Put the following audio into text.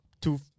two